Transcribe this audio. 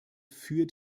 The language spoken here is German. für